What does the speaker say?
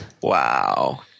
Wow